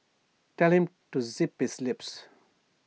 telling to zip his lip